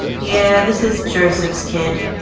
yeah, this is joseph's kid,